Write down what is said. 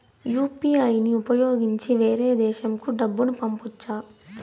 UPI ని ఉపయోగించి వేరే దేశంకు డబ్బును పంపొచ్చా?